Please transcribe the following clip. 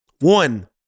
one